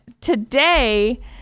today